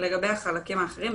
לגבי החלקים האחרים,